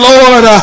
Lord